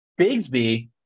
Bigsby